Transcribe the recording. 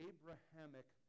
Abrahamic